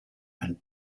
and